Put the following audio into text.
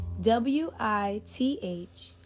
W-I-T-H